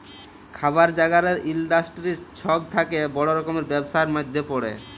খাবার জাগালের ইলডাসটিরি ছব থ্যাকে বড় রকমের ব্যবসার ম্যধে পড়ে